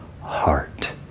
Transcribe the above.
heart